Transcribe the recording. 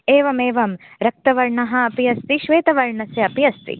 एवमेवं रक्तवर्णः अपि अस्ति श्वेतवर्णस्य अपि अस्ति